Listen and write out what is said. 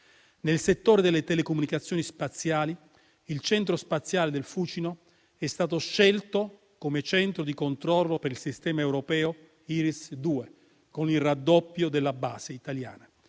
Nel settore delle telecomunicazioni spaziali, il Centro spaziale del Fucino è stato scelto come centro di controllo per il sistema europeo IRIS2, con il raddoppio della base italiana.